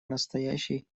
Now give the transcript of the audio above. настоящей